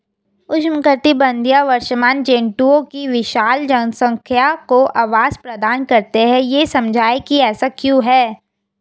उष्णकटिबंधीय वर्षावन जंतुओं की विशाल जनसंख्या को आवास प्रदान करते हैं यह समझाइए कि ऐसा क्यों है?